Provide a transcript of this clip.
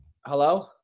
Hello